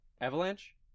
Avalanche